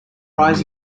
eyes